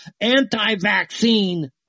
anti-vaccine